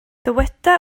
dyweda